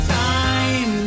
time